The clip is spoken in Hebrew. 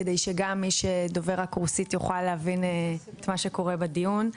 כדי שגם מי שדובר רק רוסית יוכל להבין את מה שקורה בדיון.